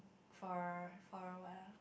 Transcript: for for what ah